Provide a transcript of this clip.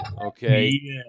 okay